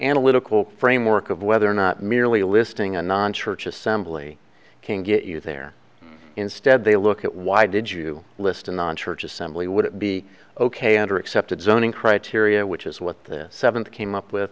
analytical framework of whether or not merely listing a non church assembly can get you there instead they look at why did you list in the church assembly would it be ok under accepted zoning criteria which is what the seventh came up with